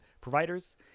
providers